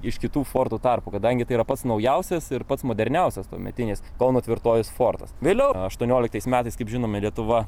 iš kitų fortų tarpų kadangi tai yra pats naujausias ir pats moderniausias tuometinis kauno tvirtovės fortas vėliau aštuonioliktais metais kaip žinome lietuva